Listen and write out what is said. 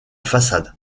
façade